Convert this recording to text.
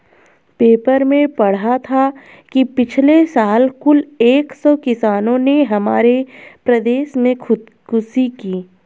paper में पढ़ा था कि पिछले साल कुल एक सौ किसानों ने हमारे प्रदेश में खुदकुशी की